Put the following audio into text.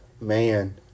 man